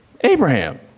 Abraham